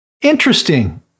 Interesting